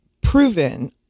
proven